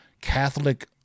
Catholic